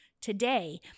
Today